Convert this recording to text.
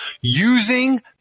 using